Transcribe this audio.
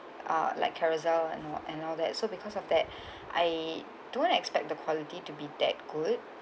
uh like Carousell and all and all that so because of that I don't expect the quality to be that good